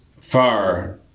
far